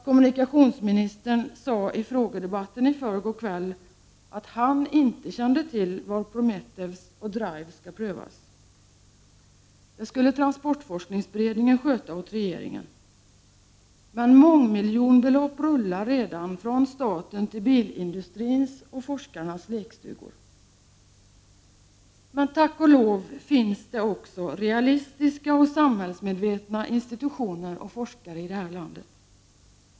Kommunikationsministern sade i frågedebatten i förrgår kväll att han inte kände till var Prometheus och DRIVE skall prövas — det skulle transportforskningsberedningen sköta åt regeringen. Mångmiljonbelopp rullar redan från staten till bilindustrins och forskarnas lekstugor. Tack och lov finns det också realistiska och samhällsmedvetna institutioner och forskare i detta land.